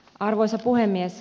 arvoisa puhemies